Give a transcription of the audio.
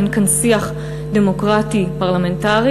אין כאן שיח דמוקרטי פרלמנטרי,